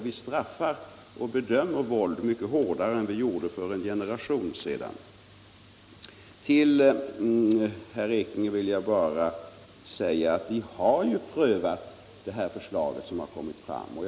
Vi bedömer våld mycket hårdare än vi gjorde för en generation sedan. Till herr Ekinge vill jag bara säga följande. Vi har ju prövat det förslag som har framlagts.